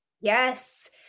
Yes